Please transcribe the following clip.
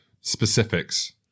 Specifics